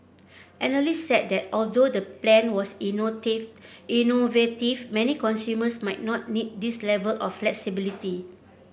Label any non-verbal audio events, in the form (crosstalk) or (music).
analysts said that although the plan was (unintelligible) innovative many consumers might not need this level of flexibility